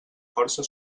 força